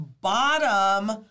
bottom